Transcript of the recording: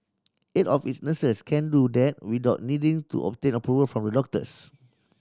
eight of its nurses can do that without needing to obtain approval from the doctors